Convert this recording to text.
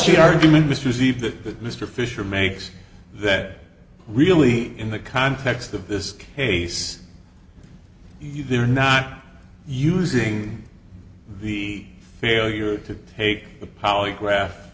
that mr fisher makes that really in the context of this case you they're not using the failure to take a polygraph